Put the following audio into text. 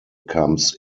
comes